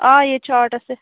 آ ییٚتہِ چھُ آرٹٕس تہِ